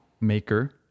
Maker